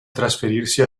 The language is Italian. trasferirsi